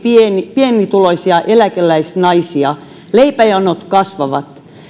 pienituloisia eläkeläisnaisia leipäjonot kasvavat